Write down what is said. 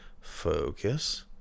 Focus